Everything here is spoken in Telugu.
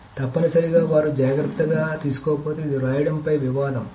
కాబట్టి తప్పనిసరిగా వారు జాగ్రత్త తీసుకోకపోతే ఇది వ్రాయడం పై వివాదం